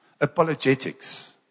apologetics